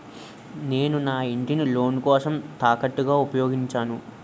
నేను నా ఇంటిని లోన్ కోసం తాకట్టుగా ఉపయోగించాను